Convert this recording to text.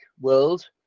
world